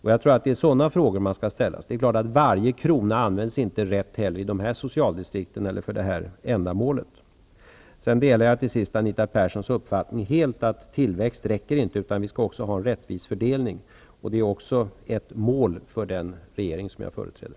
Jag tror att det är sådana frågor som man skall ställa. Det är klart att varje krona inte används på rätt sätt eller för detta ändamål i dessa socialdistrikt heller. Till sist vill jag säga att jag helt delar Anita Perssons uppfattning att det inte räcker med tillväxt utan att vi också skall ha en rättvis fördelning. Det är också ett mål för den regering som jag företräder.